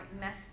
mess